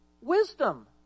wisdom